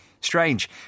Strange